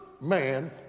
man